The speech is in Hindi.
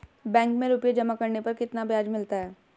बैंक में रुपये जमा करने पर कितना ब्याज मिलता है?